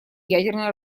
ядерное